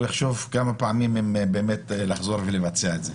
הוא יחשוב כמה פעמים אם באמת לחזור ולבצע את זה.